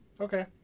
Okay